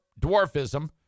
dwarfism